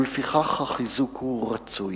ולפיכך החיזוק הוא רצוי.